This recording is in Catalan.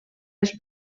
les